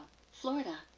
Florida